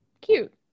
cute